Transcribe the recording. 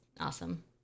awesome